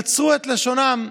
נצרו את לשונן.